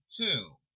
two